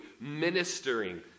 ministering